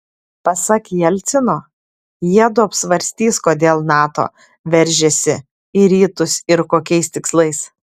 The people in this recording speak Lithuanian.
pasak jelcino jiedu apsvarstys kodėl nato veržiasi į rytus ir kokiais tikslais